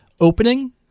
opening